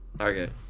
okay